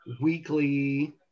weekly